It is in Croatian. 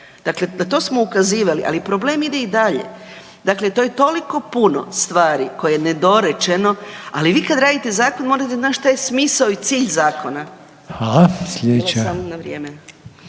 Dakle, na to smo ukazivali, ali problem ide i dalje. Dakle, to je toliko puno stvari koje je nedorečeno, ali vi kad radite zakon morate znati šta je smisao i cilj zakona. **Reiner,